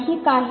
आणखी काही